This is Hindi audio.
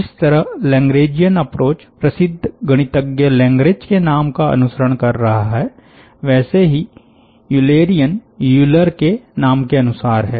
जिस तरह लैग्रैेंजियन अप्रोच प्रसिद्ध गणितज्ञ लैग्रैेंज के नाम का अनुसरण कर रहा है वैसे ही यूलेरियन यूलर के नाम के अनुसार है